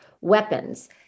weapons